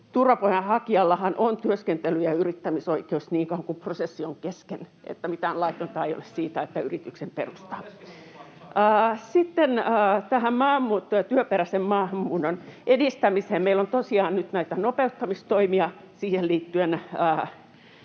turvapaikanhakijallahan on työskentely‑ ja yrittämisoikeus niin kauan, kun prosessi on kesken, eli mitään laitonta ei ole siitä, että yrityksen perustaa. [Mauri Peltokangas: Ilman oleskelulupaako?] Sitten tähän maahanmuuttoon ja työperäisen maahanmuuton edistämiseen: Meillä on tosiaan nyt näitä nopeuttamistoimia siihen liittyen